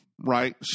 right